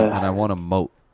i want a moat.